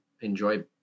enjoy